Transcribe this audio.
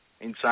insane